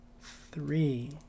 Three